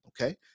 Okay